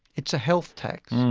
it's a health tax.